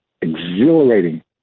exhilarating